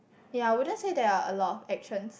ya I wouldn't say there are a lot of actions